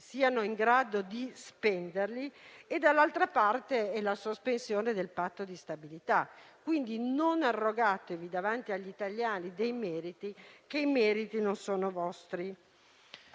siate in grado di spenderli, e, dall'altra parte, della sospensione del Patto di stabilità. Pertanto, non arrogatevi davanti agli italiani dei meriti, che non sono vostri.